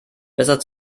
besser